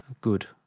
Good